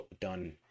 done